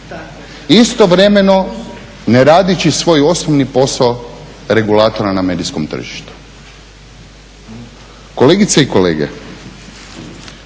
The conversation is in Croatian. istovremeno ne radeći svoj osobni posao regulatora na medijskom tržištu. Kolegice i kolege,